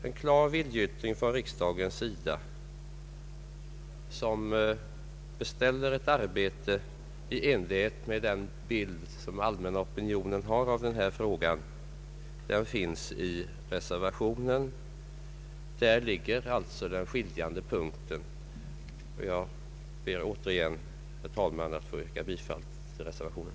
En klar viljeyttring från riksdagen, som beställer ett arbete i enlighet med den bild som den allmänna opinionen har av denna fråga, finns i reservationen. På denna punkt föreligger alltså skiljaktighet. Jag ber återigen, herr talman, att få yrka bifall till reservationen.